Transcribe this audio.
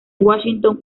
washington